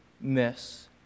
miss